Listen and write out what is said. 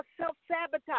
self-sabotage